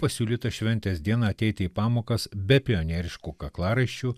pasiūlyta šventės dieną ateiti į pamokas be pionieriškų kaklaraiščių